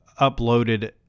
uploaded